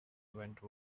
went